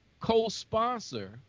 co-sponsor